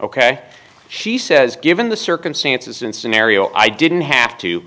ok she says given the circumstances and scenario i didn't have to